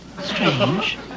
Strange